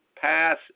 Pass